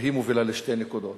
והיא מובילה לשתי נקודות.